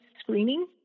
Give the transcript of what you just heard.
screening